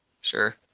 sure